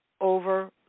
over